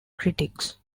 critics